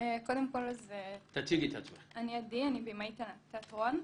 אני עדי, בימאית תיאטרון.